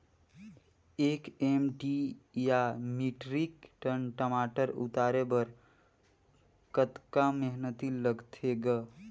एक एम.टी या metric tonne टमाटर उतारे बर कतका मेहनती लगथे ग?